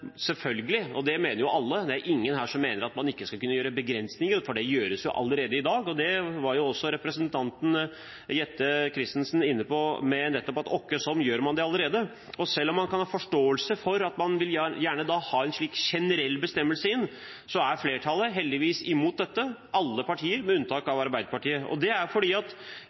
selvfølgelig skal kunne gjøre begrensninger. Det mener jo alle. Det er ingen her som mener at man ikke skal kunne gjøre begrensninger, for det gjøres jo allerede i dag. Også representanten Jette Christensen var inne på det: Åkkesom gjør man det allerede. Selv om man kan ha forståelse for at man gjerne vil ha inn en slik generell bestemmelse, er flertallet heldigvis imot dette – alle partier, med unntak av Arbeiderpartiet. Det er fordi at